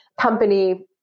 company